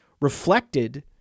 reflected